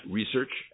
research